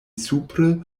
supre